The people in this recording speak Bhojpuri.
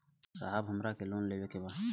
साहब हमरा के लोन लेवे के बा